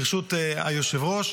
ברשות היושב-ראש.